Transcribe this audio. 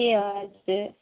ए हजुर